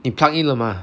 你 plug in 了 mah